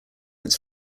its